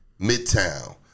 Midtown